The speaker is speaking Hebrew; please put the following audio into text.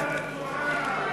ועדת שרים,